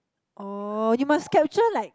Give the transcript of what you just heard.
oh you must capture like